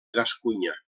gascunya